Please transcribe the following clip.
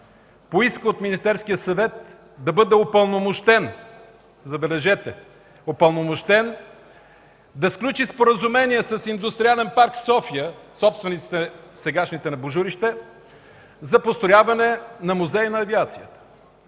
поиска от Министерския съвет да бъде упълномощен – забележете, упълномощен да сключи споразумение с Индустриален парк „София”, сегашните собственици на „Божурище”, за построяване на Музей на авиацията.